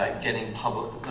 like getting public